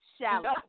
shallow